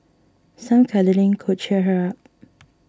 some cuddling could cheer her up